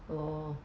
oh